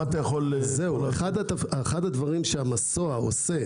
אחד הדברים שהמסוע עושה,